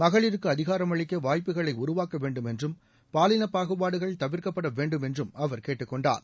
மகளிருக்கு அதிஷாரமளிக்க வாய்ப்புகளை உருவாக்கவேண்டும் என்றும் பாலின பாகுபாடுகள் தவிர்க்கப்படவேண்டும் என்றும் அவர் கேட்டுக் கொண்டார்